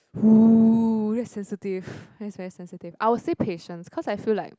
!woo! that's sensitive that's very sensitive I will say patience cause I feel like